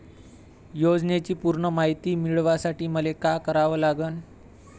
योजनेची पूर्ण मायती मिळवासाठी मले का करावं लागन?